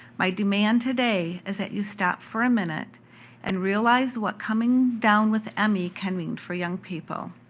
my demand today is that you stop for a minute and realize what coming down with me can mean for young people.